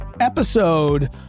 episode